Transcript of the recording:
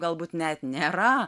galbūt net nėra